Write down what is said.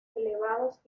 elevados